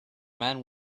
men